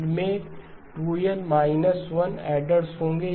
इसमें 2N 1 address होंगे